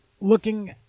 looking